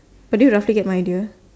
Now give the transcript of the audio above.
but do you roughly get my idea